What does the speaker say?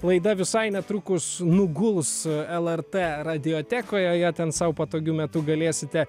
laida visai netrukus nuguls lrt radiotekoje ją ten sau patogiu metu galėsite